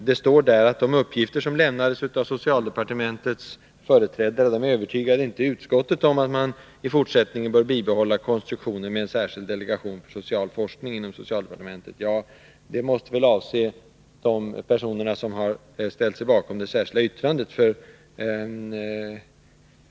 Det står där att de uppgifter som lämnades av socialdepartementets företrädare inte övertygade utskottet om att man i fortsättningen bör bibehålla konstruktionen med en särskild delegation för social forskning inom socialdepartementet. Detta måste väl avse de personer som har ställt sig bakom det särskilda yttrandet.